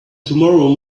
tomorrow